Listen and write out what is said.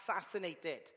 assassinated